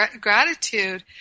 gratitude